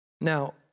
Now